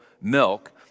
milk